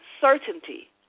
certainty